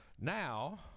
now